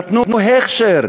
נתנו הכשר,